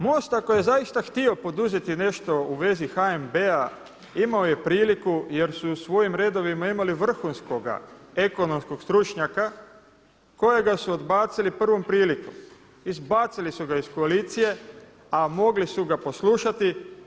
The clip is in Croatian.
MOST ako je zaista htio poduzeti nešto u vezi HNB-a imao je priliku jer su u svojim redovima imali vrhunskoga, ekonomskog stručnjaka kojega su odbacili prvom prilikom, izbacili su ga iz koalicije a mogli su ga poslušati.